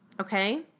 okay